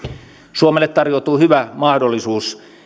suomelle tarjoutuu hyvä mahdollisuus